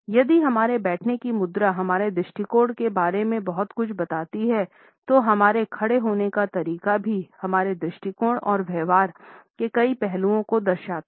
यदि हमारे बैठने की मुद्रा हमारे दृष्टिकोण के बारे में बहुत कुछ बताती है तो हमारे खड़े होने का तरीका भी हमारे दृष्टिकोण और व्यवहार के कई पहलू को दर्शाता हैं